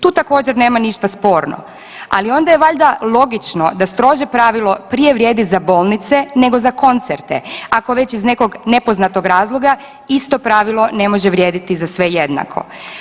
Tu također nema ništa sporno, ali onda je valjda logično da strože pravilo prije vrijedi za bolnice nego za koncerte ako već iz nekog nepoznatog razloga isto pravilo ne može vrijediti za sve jednako.